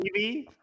TV